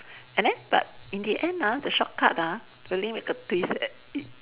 and then but in the end ah the shortcut ah really make a twist eh it